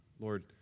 Lord